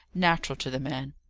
natural to the man.